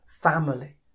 family